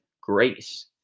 grace